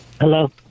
Hello